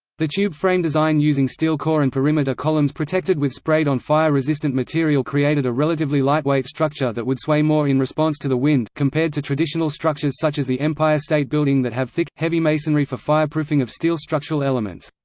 the tube frame design using steel core and perimeter columns protected with sprayed-on fire resistant material created a relatively lightweight structure that would sway more in response to the wind, compared to traditional structures such as the empire state building that have thick, heavy masonry for fireproofing of steel structural elements.